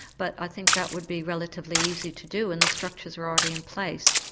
but i think that would be relatively easy to do and the structures are already in place.